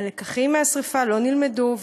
הלקחים מהשרפה לא נלמדו,